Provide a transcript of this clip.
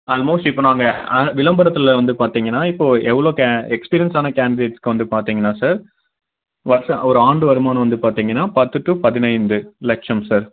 almost இப்போ நாங்கள் ஆ விளம்பரத்தில் வந்து பார்த்தீங்கன்னா இப்போது எவ்வளோ கே எக்ஸ்பீரியன்ஸான கேண்டிடேட்ஸ்க்கு வந்து பார்த்தீங்கன்னா சார் வருஷம் ஒரு ஆண்டு வருமானம் வந்து பார்த்தீங்கன்னா பத்து டு பதினைந்து லட்சம் சார்